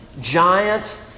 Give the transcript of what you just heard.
giant